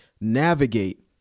navigate